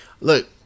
Look